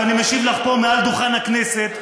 ואני משיב לך פה מעל דוכן הכנסת,